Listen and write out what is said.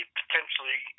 potentially